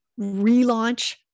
Relaunch